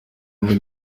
hamwe